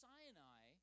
Sinai